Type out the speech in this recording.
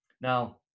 Now